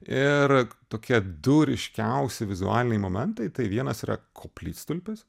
ir tokie du ryškiausi vizualiniai momentai tai vienas yra koplytstulpis